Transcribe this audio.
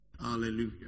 Hallelujah